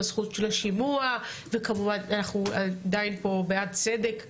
הזכות של השימוע וכמובן אנחנו עדיין פה בעד צדק במשפט,